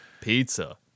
Pizza